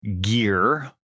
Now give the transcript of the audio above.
gear